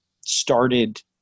started